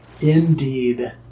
Indeed